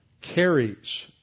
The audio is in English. carries